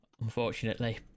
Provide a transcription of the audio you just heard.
Unfortunately